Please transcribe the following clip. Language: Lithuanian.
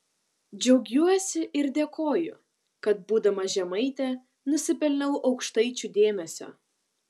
džiaugiuosi ir dėkoju kad būdama žemaitė nusipelniau aukštaičių dėmesio